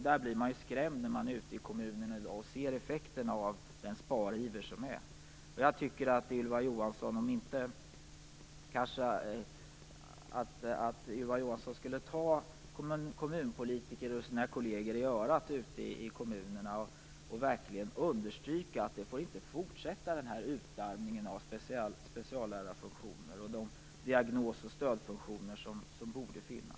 Man blir ju skrämd när man ute i kommunerna i dag ser effekterna av sparivern. Jag tycker att Ylva Johansson skulle ta kommunpolitikerna och deras kolleger i kommunerna i örat och verkligen understryka att utarmningen av speciallärarfunktioner och de diagnos och stödfunktioner som borde finnas inte får fortsätta.